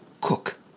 cook